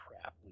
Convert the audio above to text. crap